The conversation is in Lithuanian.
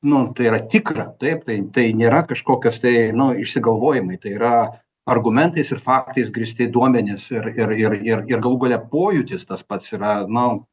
nu tai yra tikra taip tai tai nėra kažkokios tai nu išsigalvojimai tai yra argumentais ir faktais grįsti duomenys ir ir ir ir ir galų gale pojūtis tas pats yra nu